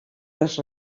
les